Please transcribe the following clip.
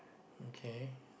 okay